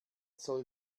soll